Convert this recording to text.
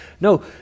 No